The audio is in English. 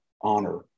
honor